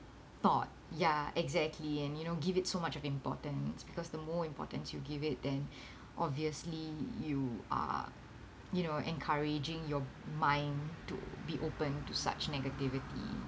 thought ya exactly and you know give it so much of importance because the more importance you give it then obviously you are you know encouraging your mind to be open to such negativity